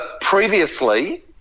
previously